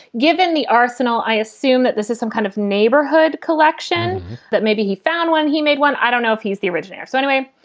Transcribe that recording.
given the arsenal. i assume that this is some kind of neighborhood collection that maybe he found when he made one. i don't know if he's the originator. so anyway,